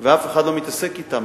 ואף אחד לא מתעסק אתן,